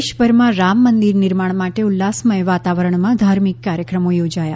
દેશભરમાં રામ મંદિર નિર્માણ માટે ઉલ્લાસમય વાતાવરણમાં ધાર્મિક કાર્યક્રમો યોજાયા